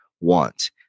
want